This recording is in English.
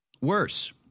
worse